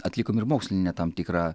atlikom ir mokslinę tam tikrą